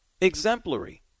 Exemplary